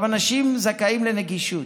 אנשים זכאים לנגישות,